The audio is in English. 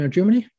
Germany